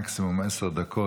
מקסימום עשר דקות,